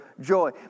joy